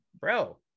Bro